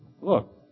look